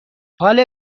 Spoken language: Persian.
حال